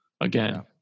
again